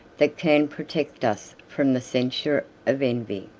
that can protect us from the censure of envy.